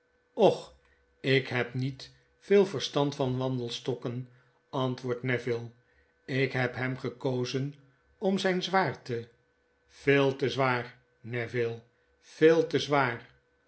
och ik heb niet veel verstand vanwandelstokken antwoordt neville ik heb hem gekozen om zijn zwaarte veel te zwaar neville veel te zwaar